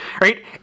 right